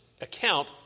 account